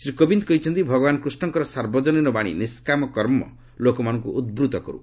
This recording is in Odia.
ଶ୍ରୀ କୋବିନ୍ଦ କହିଛନ୍ତି ଭଗବାନ କୃଷ୍ଣଙ୍କର ସାର୍ବଜନୀନ ବାଣୀ ନିଷ୍କାମ କର୍ମ ଲୋକମାନଙ୍କୁ ଉଦ୍ବୃତ କରୁ